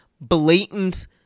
blatant